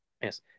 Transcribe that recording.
Yes